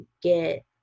get